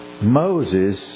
Moses